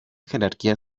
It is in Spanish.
jerarquía